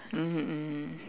mmhmm mmhmm